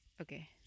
Okay